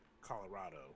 colorado